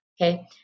Okay